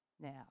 now